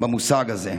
במושג הזה.